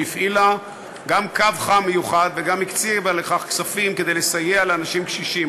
שהפעילה גם קו חם מיוחד וגם הקציבה לכך כספים כדי לסייע לאנשים קשישים.